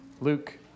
Luke